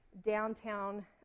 downtown